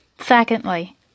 Secondly